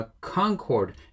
concord